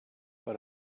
but